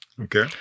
Okay